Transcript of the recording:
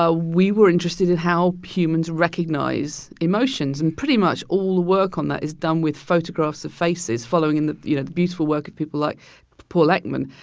ah we were interested in how humans recognize emotions. and pretty much, all the work on that is done with photographs of faces following in the, you know, beautiful work of people like paul ekman.